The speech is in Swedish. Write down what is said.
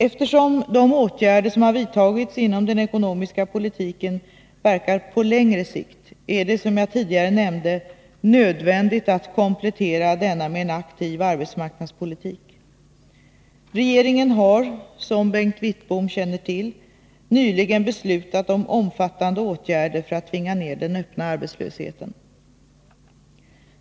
Eftersom de åtgärder som har vidtagits inom den ekonomiska politiken verkar på längre sikt, är det, som jag tidigare nämnde, nödvändigt att komplettera denna med en aktiv arbetsmarknadspolitik. Regeringen har, som Bengt Wittbom känner till, nyligen beslutat om omfattande åtgärder för att tvinga ner den öppna arbetslösheten.